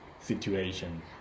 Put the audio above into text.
situation